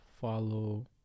follow